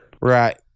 right